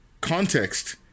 context